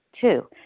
Two